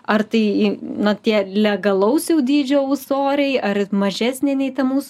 ar tai i na tie legalaus jau dydžio ūsoriai ar mažesnė nei ta mūsų